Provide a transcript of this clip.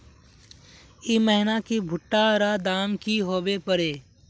ई महीना की भुट्टा र दाम की होबे परे?